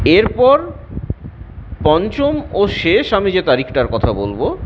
এরপর পঞ্চম ও শেষ আমি যে তারিখটার কথা বলবো